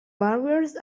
barriers